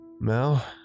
Mel